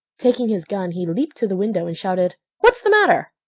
taking his gun, he leaped to the window and shouted what's the matter?